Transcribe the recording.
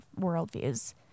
worldviews